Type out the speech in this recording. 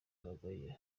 amaganya